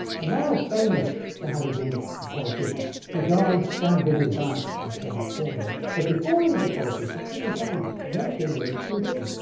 and marat is famous for having been a politician. he died stabbed in his bath by charlotte corday. but before he was a politician, he was a scientist. and he actually lived in britain.